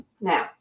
Now